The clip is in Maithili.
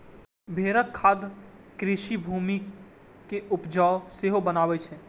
भेड़क खाद कृषि भूमि कें उपजाउ सेहो बनबै छै